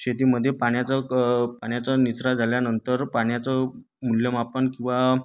शेतीमध्ये पाण्याचं क पाण्याचा निचरा झाल्यानंतर पाण्याचं मूल्यमापन किंवा